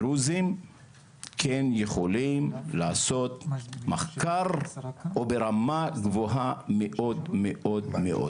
הדרוזים כן יכולים לעשות מחקר וברמה גבוהה מאוד מאוד,